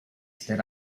that